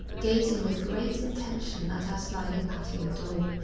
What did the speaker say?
gazing with great intention at our sliding patio door.